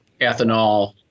ethanol